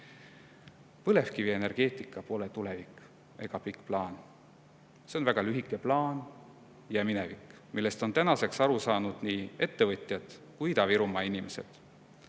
põlevkivienergeetika pole tulevik ega pikk plaan. See on väga lühike plaan ja minevik, millest on tänaseks aru saanud nii ettevõtjad kui ka Ida-Virumaa inimesed.